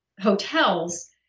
hotels